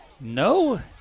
No